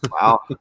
wow